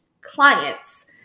clients